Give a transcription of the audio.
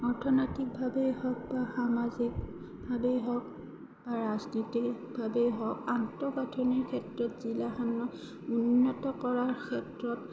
অৰ্থনৈতিকভাৱেই হওক বা সামাজিকভাৱেই হওক বা ৰাজনীতিকভাৱেই হওক আন্তঃগাঁথনিৰ ক্ষেত্ৰত জিলাখনক উন্নত কৰাৰ ক্ষেত্ৰত